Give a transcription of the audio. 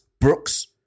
Brooks